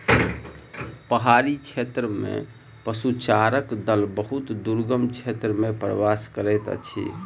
पहाड़ी क्षेत्र में पशुचारणक दल बहुत दुर्गम क्षेत्र में प्रवास करैत अछि